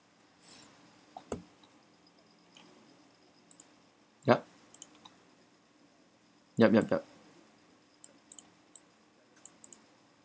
yup yup yup yup